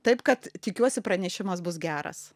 taip kad tikiuosi pranešimas bus geras